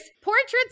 portraits